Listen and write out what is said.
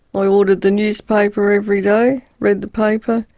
i ordered the newspaper every day, read the paper,